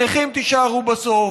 הנכים יישארו בסוף,